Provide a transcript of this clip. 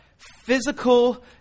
Physical